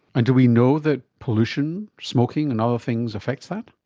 and do we know that pollution, smoking and other things affects that?